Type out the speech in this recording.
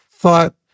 thought